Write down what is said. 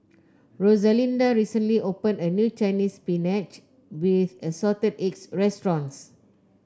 Rosalinda recently opened a new Chinese Spinach with Assorted Eggs restaurant